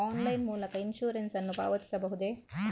Online ಮೂಲಕ insurance ನ್ನು ಪಾವತಿಸಬಹುದೇ?